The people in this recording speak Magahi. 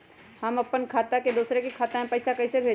हम अपने खाता से दोसर के खाता में पैसा कइसे भेजबै?